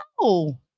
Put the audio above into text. No